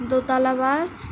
দোতালা বাস